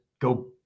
go